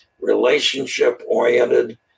relationship-oriented